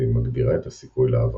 והיא מגבירה את הסיכוי להאבקתם.